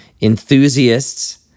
enthusiasts